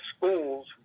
schools